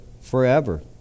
forever